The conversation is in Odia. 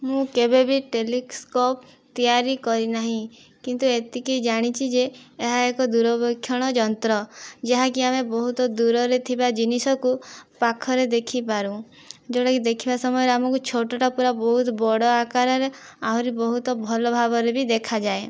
ମୁଁ କେବେ ବି ଟେଲିସ୍କୋପ ତିଆରି କରିନାହିଁ କିନ୍ତୁ ଏତିକି ଜାଣିଛି ଯେ ଏହା ଏକ ଦୂରବୀକ୍ଷଣ ଯନ୍ତ୍ର ଯାହାକି ଆମେ ବହୁତ ଦୂରରେ ଥିବା ଜିନିଷକୁ ପାଖରେ ଦେଖିପାରୁ ଯେଉଁଟାକି ଦେଖିବା ସମୟରେ ଆମକୁ ଛୋଟଟା ପୂରା ବହୁତ ବଡ଼ ଆକାରରେ ଆହୁରି ବହୁତ ଭଲ ଭାବରେ ବି ଦେଖାଯାଏ